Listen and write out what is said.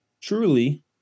truly